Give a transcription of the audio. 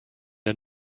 der